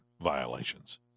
violations